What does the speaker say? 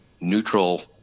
neutral